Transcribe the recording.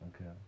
okay